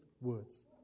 words